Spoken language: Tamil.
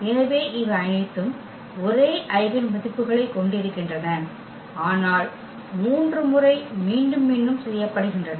எனவே இவை அனைத்தும் ஒரே ஐகென் மதிப்புகளைக் கொண்டிருக்கின்றன ஆனால் மூன்று முறை மீண்டும் மீண்டும் செய்யப்படுகின்றன